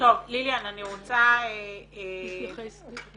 זאת אומרת, היה מישהו שהיה אמור לגשת אליו ולתת.